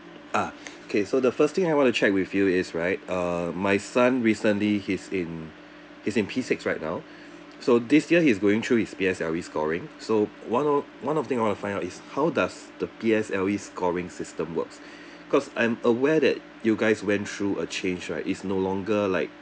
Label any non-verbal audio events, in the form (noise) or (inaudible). ah (breath) okay so the first thing I want to check with you is right uh my son recently he's in he's in P six right now so this year he's going through his P_S_L_E scoring so one of one of thing I wanna find out is how does the P_S_L_E scoring system works (breath) because I'm aware that you guys went through a change right it's no longer like